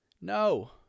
No